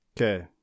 Okay